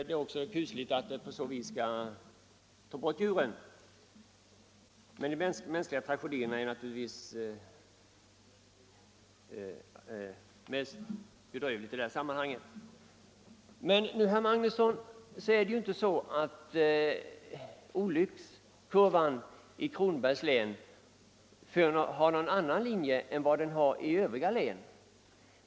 Det är kusligt att djuren skall drabbas på det sättet, men de mänskliga tragedierna är naturligtvis det som överväger i sammanhanget. Men, herr Magnusson, olyckskurvan i Kronobergs län är ju inte annorlunda än i övriga län.